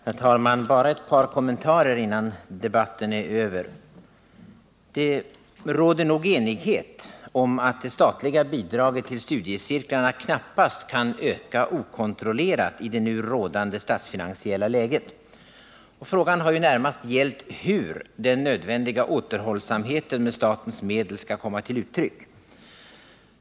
Herr talman! Bara ett par kommentarer innan debatten är över. Det råder nog enighet om att det statliga bidraget till studiecirklarna knappast kan öka okontrollerat i det nu rådande statsfinansiella läget. Frågan har närmast gällt hur den nödvändiga återhållsamheten med statens medel skall komma till uttryck.